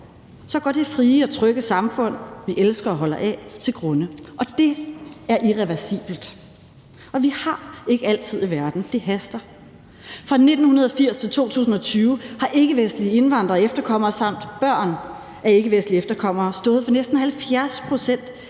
går det frie og trygge samfund, vi elsker og holder af, til grunde, og det er irreversibelt. Og vi har ikke al tid i verden. Det haster. Fra 1980 til 2020 har ikkevestlige indvandrere og efterkommere samt børn af ikkevestlige efterkommere stået for næsten 70 pct.